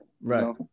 right